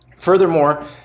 Furthermore